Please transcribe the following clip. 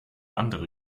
andere